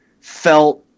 felt